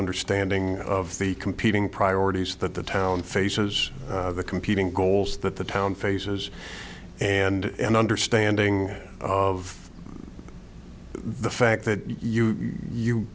understanding of the competing priorities that the town faces the competing goals that the town faces and understanding of the fact that you